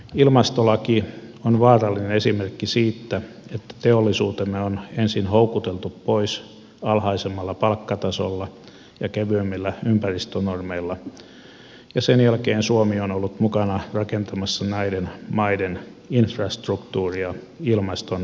ilmastolaki on vaarallinen esimerkki siitä että teollisuutemme on ensin houkuteltu pois alhaisemmalla palkkatasolla ja kevyemmillä ympäristönormeilla ja sen jälkeen suomi on ollut mukana rakentamassa näiden maiden infrastruktuuria ilmaston eteen